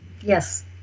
Yes